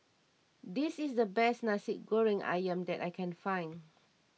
this is the best Nasi Goreng Ayam that I can find